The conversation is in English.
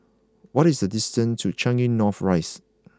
what is the distance to Changi North Rise